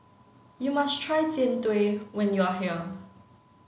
you must try Jian Dui when you are here